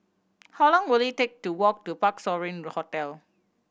how long will it take to walk to Parc Sovereign Hotel